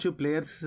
players